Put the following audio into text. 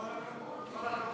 שלוש דקות, כבודו.